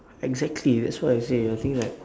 exactly that's why I say I think that